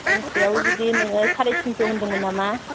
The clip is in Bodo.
गांसेयाव जुदि नोङो साराय थिनस' होनदोंमोन नामा